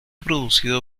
producido